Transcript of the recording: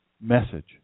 message